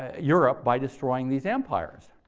europe by destroying these empires.